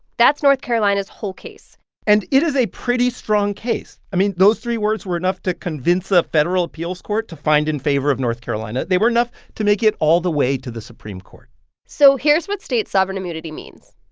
that's north carolina's whole case and it is a pretty strong case. i mean, those three words were enough to convince a federal appeals court to find in favor of north carolina. they were enough to make it all the way to the supreme court so here's what state sovereign immunity means.